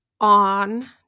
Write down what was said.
on